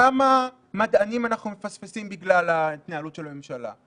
כמה מדענים אנחנו מפספסים בגלל ההתנהלות של הממשלה,